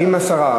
אם השרה,